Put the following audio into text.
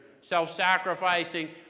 self-sacrificing